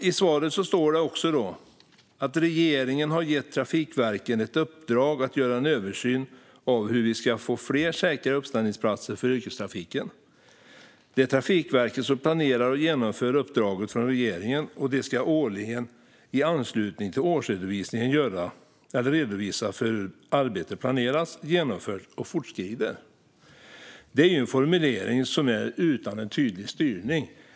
I svaret säger statsrådet vidare: "Regeringen har gett Trafikverket ett uppdrag att göra en översyn av hur vi kan få fler säkra uppställningsplatser för yrkestrafiken. Det är Trafikverket som planerar och genomför uppdraget från regeringen, och de ska årligen i anslutning till årsredovisningen redogöra för hur arbetet planerats, genomförts och fortskrider." Det är en formulering utan tydlig styrning.